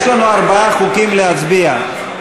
יש לנו ארבעה חוקים להצביע עליהם.